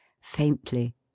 faintly